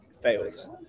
fails